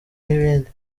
n’ibindi